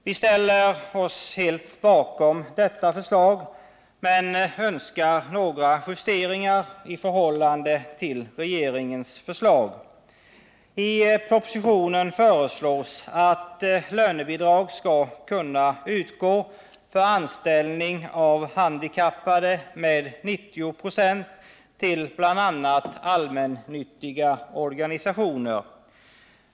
Vi ställer oss helt bakom detta men önskar några justeringar i förhållande till regeringens förslag. I propositionen föreslås att lönebidrag skall kunna utgå för anställning av handikappade med 90 96 till bl.a. allmännyttiga organisationer.